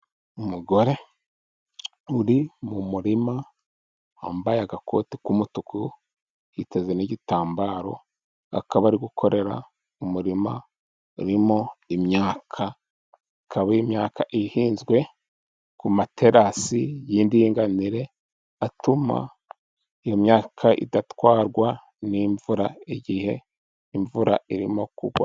Umugore uri mu murima, wambaye agakoti k'umutuku, yiteze n'igitambaro, akaba ari gukorera umurima urimo imyaka, ikaba imyaka ihinzwe ku materasi y'indinganire, atuma iyo myaka idatwarwa n'imvura, igihe imvura irimo kugwa.